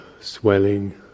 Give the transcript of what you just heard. swelling